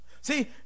See